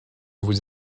vous